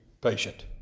patient